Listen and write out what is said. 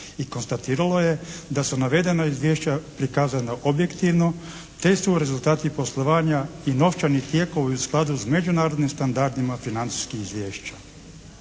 I konstatiralo je da su navedena izvješća prokazana objektivno te su rezultati poslovanja i novčani tijekovi u skladu sa međunarodnim standardima financijskih izvješća.